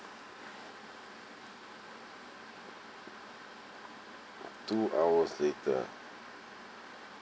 two hours later ah